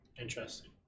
Interesting